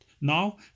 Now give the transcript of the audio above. Now